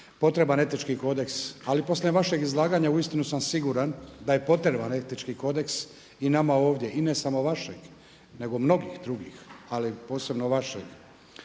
potreban Etički kodeks. Ali poslije vašeg izlaganja uistinu sam siguran da je potreban Etički kodeks i nama ovdje i ne samo vašeg nego mnogih drugih, ali posebno vašeg.